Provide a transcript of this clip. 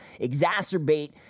exacerbate